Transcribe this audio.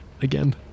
again